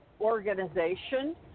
organization